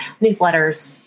newsletters